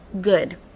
Good